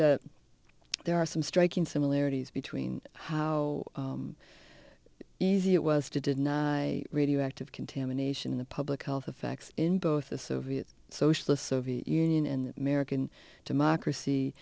that there are some striking similarities between how easy it was didn't i radioactive contamination in the public health effects in both the soviet socialist soviet union and american democracy